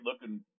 looking